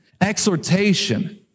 exhortation